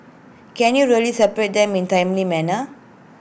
can you really separate them in timely manner